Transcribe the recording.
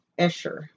Escher